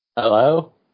Hello